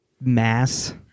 mass